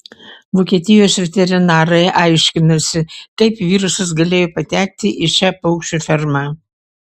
vokietijos veterinarai aiškinasi kaip virusas galėjo patekti į šią paukščių fermą